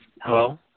Hello